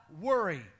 worry